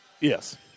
Yes